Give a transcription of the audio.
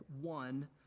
one